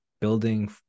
building